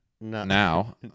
now